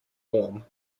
warm